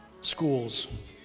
schools